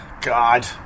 god